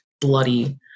bloody